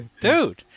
dude